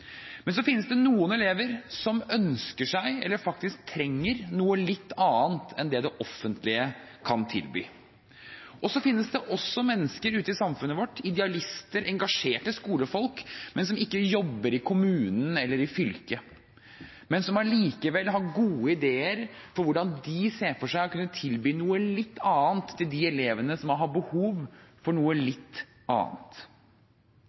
Men så finnes det noen elever som ønsker seg eller faktisk trenger noe litt annet enn det det offentlige kan tilby. Og det finnes også mennesker ute i samfunnet vårt, idealister, engasjerte skolefolk, som ikke jobber i kommunen eller i fylket, men som likevel har gode ideer om hvordan de ser for seg å kunne tilby noe litt annet til de elevene som har behov for noe litt annet.